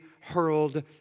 hurled